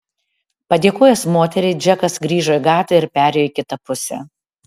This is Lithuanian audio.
padėkojęs moteriai džekas grįžo į gatvę ir perėjo į kitą pusę